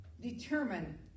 determine